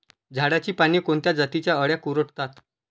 झाडाची पाने कोणत्या जातीच्या अळ्या कुरडतात?